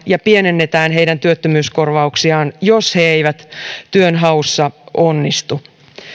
ja pienennetään heidän työttömyyskorvauksiaan jos he eivät työnhaussa onnistu